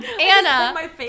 Anna